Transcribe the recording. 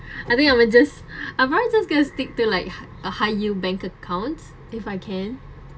I think I'll just I might just go stick to like hi~ a high yield bank account if I can